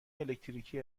الکتریکی